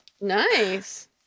Nice